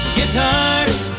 Guitars